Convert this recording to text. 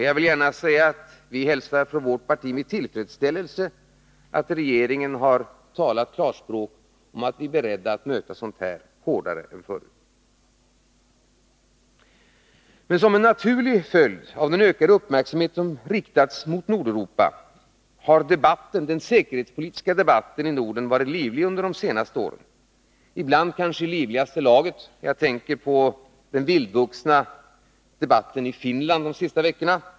Jag vill gärna säga att vi från vårt parti hälsar med tillfredsställelse att regeringen har talat klarspråk och sagt att Sverige är berett att möta sådant hårdare än förr. Som en naturlig följd av den ökade uppmärksamhet som riktats mot Nordeuropa har den säkerhetspolitiska debatten i Norden varit livlig under de senaste åren, ibland i livligaste laget — jag tänker då på den vildvuxna debatten i Finland under de senaste veckorna.